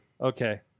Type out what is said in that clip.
Okay